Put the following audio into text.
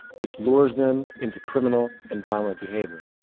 which lures them into criminal and violent behavior.